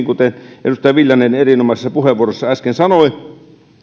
kuten edustaja viljanen erinomaisessa puheenvuorossaan äsken sanoi